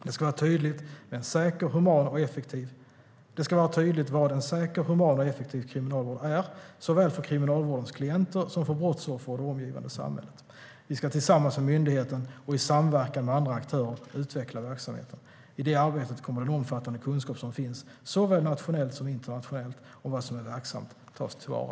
Det ska vara tydligt vad en säker, human och effektiv kriminalvård är, såväl för Kriminalvårdens klienter som för brottsoffer och det omgivande samhället. Vi ska tillsammans med myndigheten och i samverkan med andra aktörer utveckla verksamheten. I det arbetet kommer den omfattande kunskap som finns, såväl nationellt som internationellt, om vad som är verksamt att tas till vara.